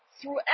Throughout